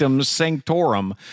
Sanctorum